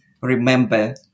remember